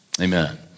Amen